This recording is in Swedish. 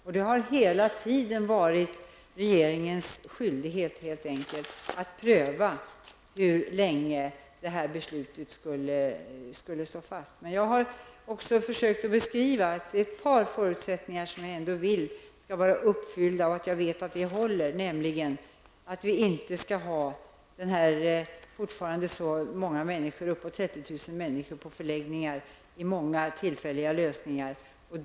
Och det har hela tiden varit regeringens skyldighet att pröva hur länge detta beslut skall stå fast. Men jag har också försökt beskriva att det är ett par förutsättningar som jag ändå vill skall vara uppfyllda och att jag vet att det håller, nämligen att vi inte skall ha uppåt 30 000 människor på förläggningar i många tillfälliga lösningar.